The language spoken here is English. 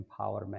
empowerment